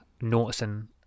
noticing